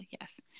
yes